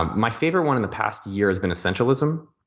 um my favorite one in the past year has been essentialism.